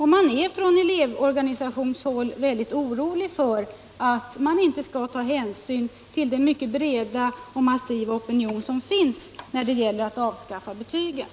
Man är inom elevorganisationerna mycket orolig för att regeringen inte skall ta hänsyn till den mycket breda och massiva opinion som finns för ett avskaffande av betygen.